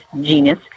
genius